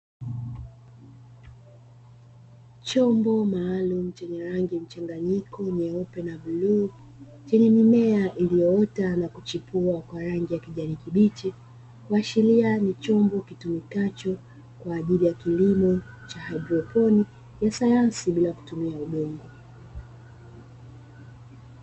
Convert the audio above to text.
Chombo maalumu chenye rangi mchanganyiko nyepe na bluu chenye mimea iliyoota na kuchipua kwa rangi ya kijani kibichi, kuashiria ni chombo kitumikacho kwa ajili ya kilimo cha haidroponi ya sayansi bila kutumia udongo.